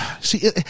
see